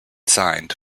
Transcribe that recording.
signed